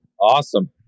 Awesome